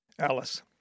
Alice